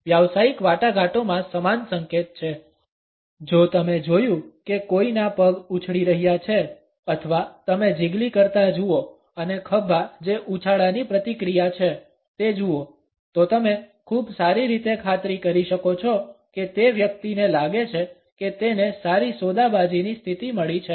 વ્યવસાયિક વાટાઘાટોમાં સમાન સંકેત છે જો તમે જોયું કે કોઈના પગ ઉછળી રહ્યા છે અથવા તમે જિગલી કરતા જુઓ અને ખભા જે ઉછાળાની પ્રતિક્રિયા છે તે જુઓ તો તમે ખૂબ સારી રીતે ખાતરી કરી શકો છો કે તે વ્યક્તિને લાગે છે કે તેને સારી સોદાબાજીની સ્થિતિ મળી છે